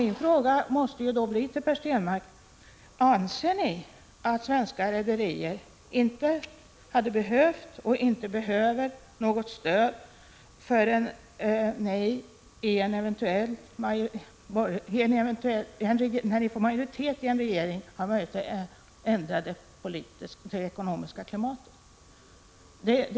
Min fråga till Per Stenmarck måste då bli: Anser ni att svenska rederier inte hade behövt och inte behöver något stöd förrän ni får majoritet i en regering och har möjlighet att ändra det ekonomiska klimatet?